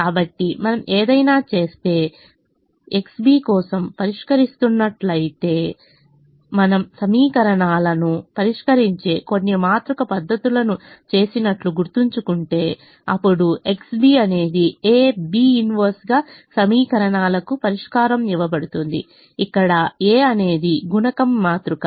కాబట్టి మనం ఏదైనా చేస్తే మనం ఏదైనా XB కోసం పరిష్కరిస్తున్నట్లయితే మనం సమీకరణాలను పరిష్కరించే కొన్ని మాతృక పద్ధతులను చేసినట్లు గుర్తుంచుకుంటే అప్పుడు XB అనేది AB 1 గా సమీకరణాలకు పరిష్కారం ఇవ్వబడుతుంది ఇక్కడ A అనేది గుణకం మాతృక